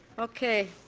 okay.